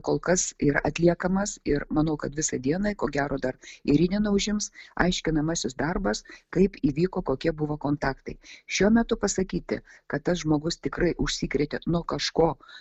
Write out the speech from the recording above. kol kas yra atliekamas ir manau kad visai dienai ko gero dar ir rytdieną užims aiškinamasis darbas kaip įvyko kokie buvo kontaktai šiuo metu pasakyti kad tas žmogus tikrai užsikrėtė nuo kažko